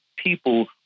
people